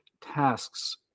tasks